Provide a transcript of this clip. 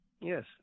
Yes